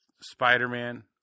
Spider-Man